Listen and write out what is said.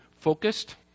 focused